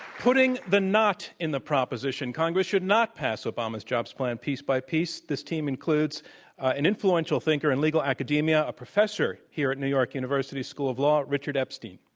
putting the not in the proposition, congress should not pass obama's jobs plan piece by piece, this team includes an influential thinker in legal academia, a professor here at new york university's school of law, richard epstein.